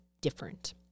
different